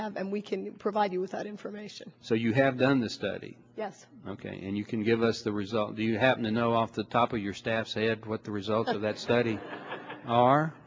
have and we can provide you with that information so you have done the study yes ok and you can give us the results do you happen to know off the top of your staff said what the results of that study are